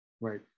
right